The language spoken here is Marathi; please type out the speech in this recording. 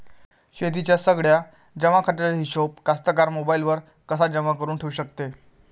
शेतीच्या सगळ्या जमाखर्चाचा हिशोब कास्तकार मोबाईलवर कसा जमा करुन ठेऊ शकते?